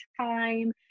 time